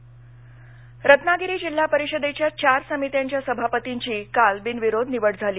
जिल्हा परिषदनिवडणूक रत्नागिरी जिल्हा परिषदेच्या चार समित्यांच्या सभापतींची काल बिनविरोध निवड झाली